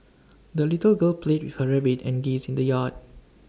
the little girl played with her rabbit and geese in the yard